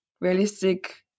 realistic